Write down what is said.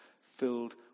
filled